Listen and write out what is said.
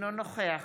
אינו נוכח